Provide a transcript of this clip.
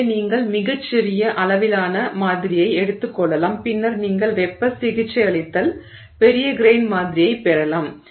எனவே நீங்கள் மிகச் சிறிய அளவிலான மாதிரியை எடுத்துக் கொள்ளலாம் பின்னர் நீங்கள் வெப்ப சிகிச்சையளித்தால் பெரிய கிரெய்ன் மாதிரியைப் பெறலாம்